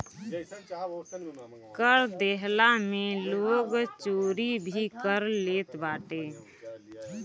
कर देहला में लोग चोरी भी कर लेत बाटे